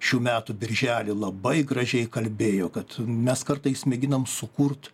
šių metų birželį labai gražiai kalbėjo kad mes kartais mėginam sukurt